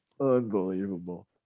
Unbelievable